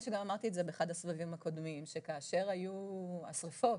כאשר היו השריפות,